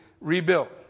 rebuilt